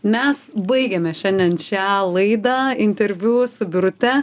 mes baigiame šiandien šią laidą interviu su birute